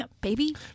baby